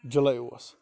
جولایی اوس